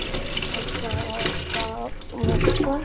اچھا اور اُس کا میک اپ کا